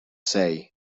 say